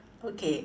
okay